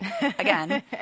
again